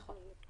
נכון,